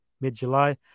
mid-July